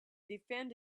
defend